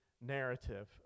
narrative